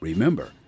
Remember